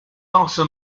also